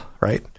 right